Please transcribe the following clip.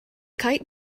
kite